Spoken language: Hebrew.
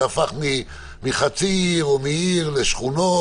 זה הפך מחצי עיר או מעיר לשכונות,